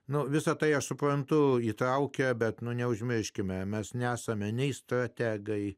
nuo visa tai aš suprantu įtraukia bet nuo neužmirškime mes nesame nei strategai